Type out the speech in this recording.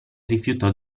rifiutò